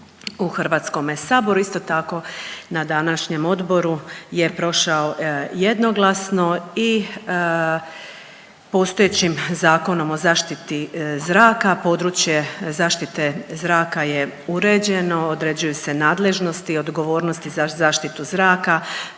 okoliša u HS-u. Isto tako na današnjem odboru je prošao jednoglasno i postojećim Zakonom o zaštiti zraka, područje zaštite zraka je uređeno. Određuju se nadležnosti i odgovornosti za zaštitu zraka,